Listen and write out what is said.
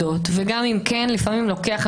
גם אם כן, לפעמים לוקח זמן רב.